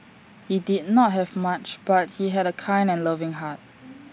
he did not have much but he had A kind and loving heart